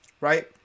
right